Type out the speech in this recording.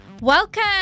Welcome